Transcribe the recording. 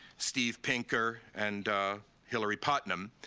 steve pinker, and hilary putnam.